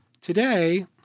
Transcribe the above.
Today